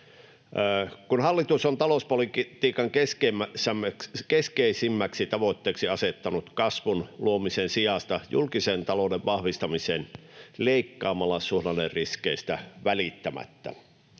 Hallitus on talouspolitiikan keskeisimmäksi tavoitteeksi asettanut kasvun luomisen sijasta julkisen talouden vahvistamisen leikkaamalla suhdanneriskeistä välittämättä.